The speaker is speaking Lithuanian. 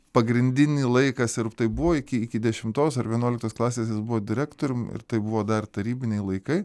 pagrindinį laikas ir tai buvo iki iki dešimtos ar vienuoliktos klasės jis buvo direktorium ir tai buvo dar tarybiniai laikai